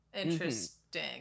Interesting